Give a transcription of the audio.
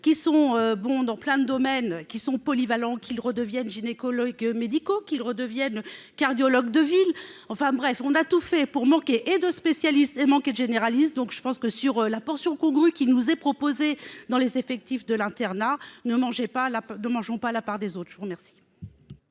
qui sont bons dans plein de domaines qui sont polyvalents, qu'il redevienne gynécologues médicaux qu'il redevienne cardiologues de ville, enfin bref, on a tout fait pour moquer et de spécialistes et manquer de généralistes, donc je pense que sur la portion congrue, qui nous est proposé dans les effectifs de l'internat ne mangeaient pas là 2 mangeons pas la part des autres, je vous remercie.